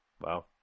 Wow